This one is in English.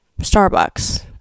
Starbucks